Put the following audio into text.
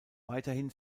weiterhin